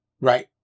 Right